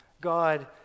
God